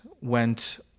went